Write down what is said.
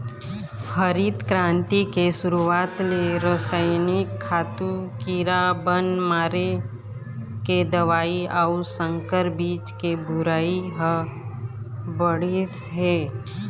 हरित करांति के सुरूवात ले रसइनिक खातू, कीरा बन मारे के दवई अउ संकर बीज के बउरई ह बाढ़िस हे